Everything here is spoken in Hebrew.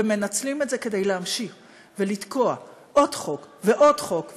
ומנצלים את זה כדי להמשיך ולתקוע עוד חוק ועוד חוק.